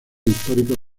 históricos